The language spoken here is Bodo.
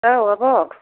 औ आब'